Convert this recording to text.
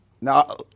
Now